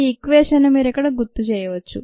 ఈ ఈక్వేషన్ మీరు ఇక్కడ గుర్తు చేయవచ్చు